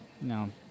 No